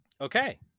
okay